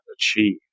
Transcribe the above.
achieve